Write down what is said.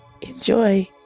Enjoy